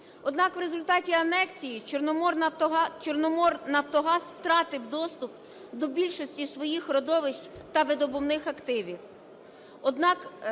Однак в результаті анексії "Чорноморнафтогаз" втратив доступ до більшості своїх родовищ та видобувних активів.